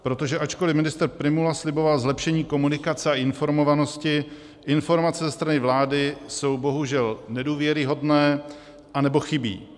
Protože ačkoliv ministr Prymula sliboval zlepšení komunikace a informovanosti, informace ze strany vlády jsou bohužel nedůvěryhodné anebo chybí.